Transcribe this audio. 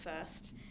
first